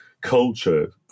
culture